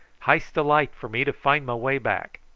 hyste a light for me to find my way back.